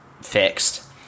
fixed